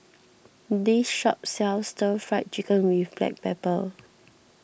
this shop sells Stir Fry Chicken with Black Pepper